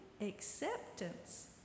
acceptance